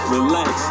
Relax